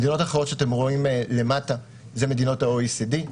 המדינות האחרות שאתם רואים למטה זה מדינות ה-OECD.